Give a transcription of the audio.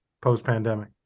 post-pandemic